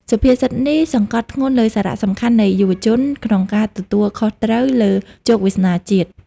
សុភាសិតនេះសង្កត់ធ្ងន់លើសារៈសំខាន់នៃយុវជន ក្នុងការទទួលខុសត្រូវលើជោគវាសនាជាតិ។